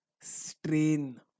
strain